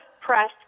press